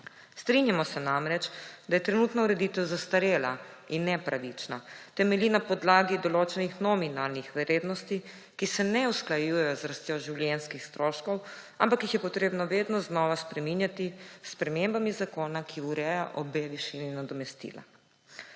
Strinjamo se namreč, da je trenutna ureditev zastarela in nepravična, temelji na podlagi določenih nominalnih vrednosti, ki se ne usklajujejo z rastjo življenjskih stroškov, ampak jih je potrebno vedno znova spreminjati s spremembami zakona, ki ureja obe višini nadomestila.